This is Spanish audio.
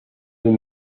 muy